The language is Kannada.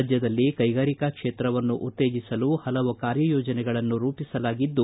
ರಾಜ್ಯದಲ್ಲಿ ಕೈಗಾರಿಕಾ ಕ್ಷೇತ್ರವನ್ನು ಉತ್ತೇಜಿಸಲು ಹಲವು ಕಾರ್ಯಯೋಜನೆಗಳನ್ನು ರೂಪಿಸಲಾಗಿದ್ದು